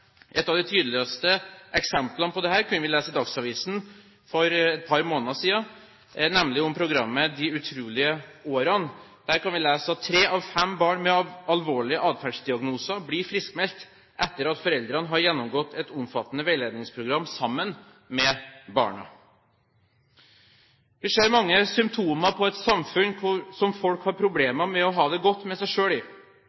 Et av de tydeligste eksemplene på dette kunne vi lese om i Dagsavisen for et par måneder siden, nemlig om programmet «De utrolige årene». Vi kunne lese at tre av fem barn med alvorlige adferdsdiagnoser ble friskmeldt etter at foreldrene hadde gjennomgått et omfattende veiledningsprogram sammen med barna. Vi ser mange symptomer på et samfunn der folk har